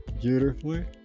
beautifully